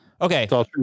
Okay